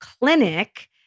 clinic